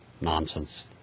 nonsense